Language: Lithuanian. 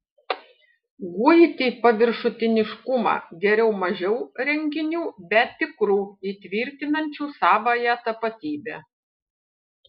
guiti paviršutiniškumą geriau mažiau renginių bet tikrų įtvirtinančių savąją tapatybę